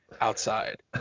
outside